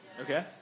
Okay